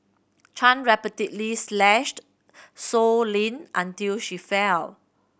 Chan repeatedly slashed Sow Lin until she fell